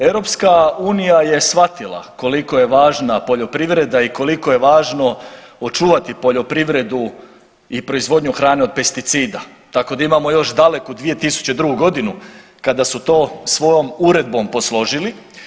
EU je shvatila koliko je važna poljoprivreda i koliko je važno očuvati poljoprivredu i proizvodnju hrane od pesticida tako da imamo još daleku 2002.g. kada su to svojom uredbom posložili.